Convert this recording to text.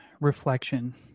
reflection